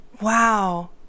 wow